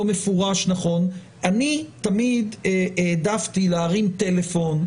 מפורש נכון - אני תמיד העדפתי להרים טלפון,